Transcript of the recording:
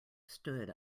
stood